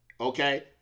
okay